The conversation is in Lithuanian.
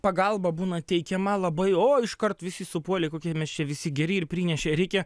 pagalba būna teikiama labai o iškart visi supuolė kokie mes čia visi geri ir prinešė reikia